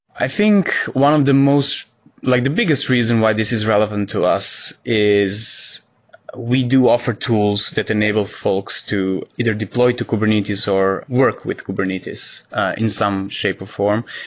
i think one of the most like the biggest reason why this is relevant to us is we do offer tools that enable folks to either deploy to kubernetes or work with kubernetes in some shape or form,